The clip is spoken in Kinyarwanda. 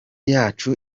yacu